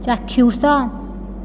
ଚାକ୍ଷୁଷ